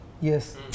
Yes